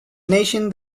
nation